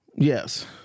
Yes